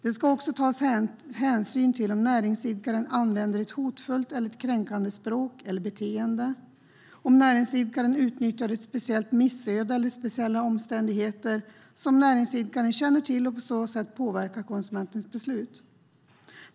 Det ska också tas hänsyn till om näringsidkaren använder ett hotfullt eller kränkande språk eller beteende och om näringsidkaren utnyttjar ett speciellt missöde eller speciella omständigheter som näringsidkaren känner till och på så sätt påverkar konsumentens beslut.